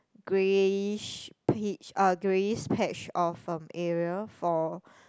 greyish peach um greyish patch of um area for